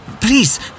Please